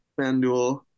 FanDuel